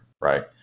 right